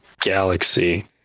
galaxy